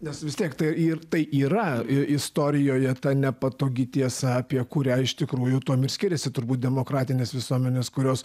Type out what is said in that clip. nes vis tiek tai ir tai yra istorijoje ta nepatogi tiesa apie kurią iš tikrųjų tuom ir skiriasi turbūt demokratinės visuomenės kurios